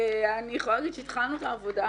לומר שהתחלנו את העבודה